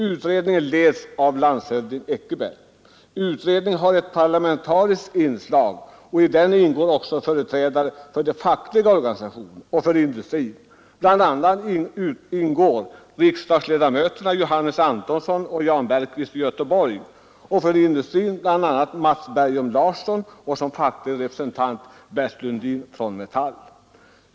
Utredningen leds av landshövding Eckerberg. Utredningen har ett parlamentariskt inslag, och i utredningen ingår också företrädare för de fackliga organisationerna och för industrin. Bl. a. ingår riksdagsledamöterna Johannes Antonsson och Jan Bergqvist i Göteborg. Industrin företräds av bl.a. Matts Bergom Larsson, och facklig representant är Bert Lundin från Metall.